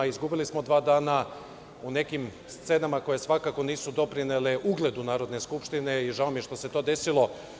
Izgubili smo dva dana u nekim scenama koje svakako nisu doprinele ugledu Narodne skupštine i žao mi je što se to desilo.